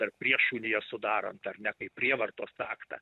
dar prieš uniją sudarant ar ne kaip prievartos aktą